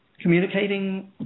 communicating